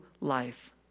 life